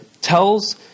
tells